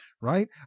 right